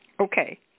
Okay